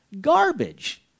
Garbage